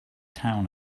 town